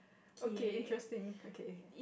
okay interesting okay